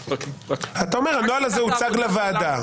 אתה אומר שהנוהל הזה הוצג לוועדה.